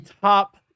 top